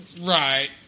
Right